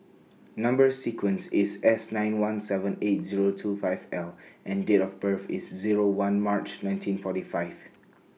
Number sequence IS S nine one seven eight Zero two five L and Date of birth IS Zero one March nineteen forty five